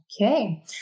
Okay